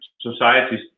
societies